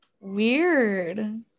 Weird